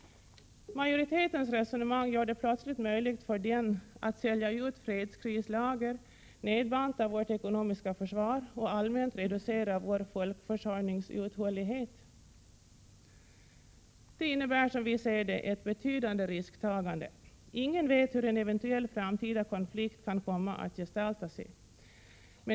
Majoritetens resonemang gör det plötsligt möjligt för dem att sälja ut fredskrislager, nedbanta vårt ekonomiska försvar och allmänt reducera vår folkförsörjningsuthållighet. Detta innebär, som vi ser det, ett betydande risktagande. Ingen vet hur en eventuell framtida konflikt kan komma att gestalta sig.